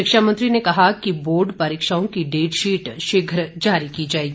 शिक्षा मंत्री ने कहा बोर्ड परीक्षांओं की डेट शीट शीघ्र जारी की जाएगी